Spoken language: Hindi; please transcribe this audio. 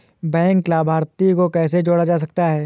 बैंक लाभार्थी को कैसे जोड़ा जा सकता है?